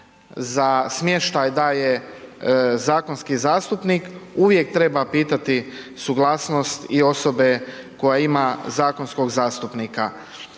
za smještaj daje zakonski zastupnik, uvijek treba pitati suglasnost i osobe koja ima zakonskog zastupnika.